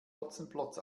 hotzenplotz